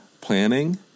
planning